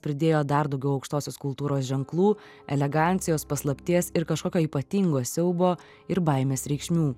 pridėjo dar daugiau aukštosios kultūros ženklų elegancijos paslapties ir kažkokio ypatingo siaubo ir baimės reikšmių